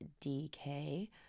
DK